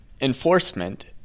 enforcement